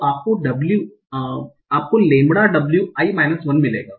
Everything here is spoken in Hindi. तो आपको लैम्बडा डब्ल्यू आई माइनस 1 मिलेगा